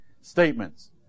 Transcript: statements